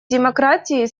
демократии